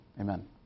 Amen